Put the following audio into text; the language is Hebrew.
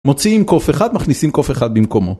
מוציאים קוף אחד, מכניסים קוף אחד במקומו.